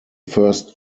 first